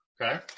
Okay